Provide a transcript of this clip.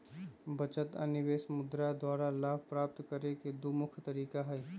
बचत आऽ निवेश मुद्रा द्वारा लाभ प्राप्त करेके दू मुख्य तरीका हई